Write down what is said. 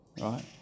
right